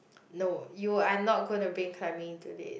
no you are not gonna be climbing today